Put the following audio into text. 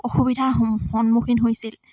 অসুবিধাৰ সন সন্মুখীন হৈছিল